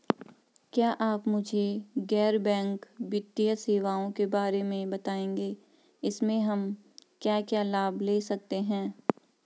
क्या आप मुझे गैर बैंक वित्तीय सेवाओं के बारे में बताएँगे इसमें हम क्या क्या लाभ ले सकते हैं?